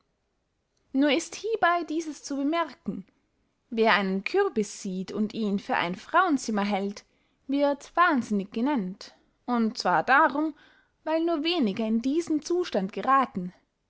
nur ist hiebey dieses zu bemerken wer einen kürbiß sieht und ihn für ein frauenzimmer hält wird wahnsinnig genennt und zwar darum weil nur wenige in diesen zustand gerathen